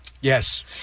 Yes